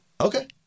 okay